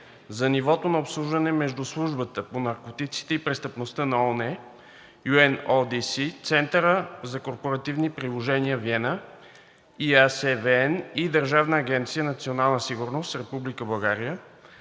за нивото на обслужване между Службата по наркотиците и престъпността на ООН (UNODC), Центъра за корпоративни приложения – Виена (EAC-VN), и Държавна агенция „Национална сигурност“